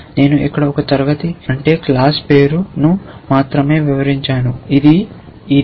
నేను ఇక్కడ ఒక క్లాస్ పేరును మాత్రమే వివరించాను ఇది ఇది